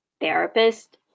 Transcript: therapist